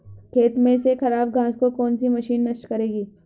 खेत में से खराब घास को कौन सी मशीन नष्ट करेगी?